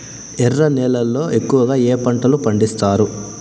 ఎర్ర నేలల్లో ఎక్కువగా ఏ పంటలు పండిస్తారు